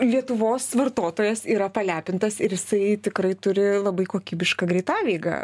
lietuvos vartotojas yra palepintas ir jisai tikrai turi labai kokybišką greitaveigą